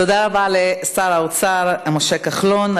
תודה רבה לשר האוצר משה כחלון.